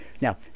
Now